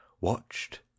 watched